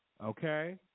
Okay